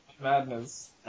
madness